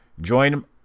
Join